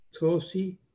Tosi